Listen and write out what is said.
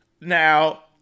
Now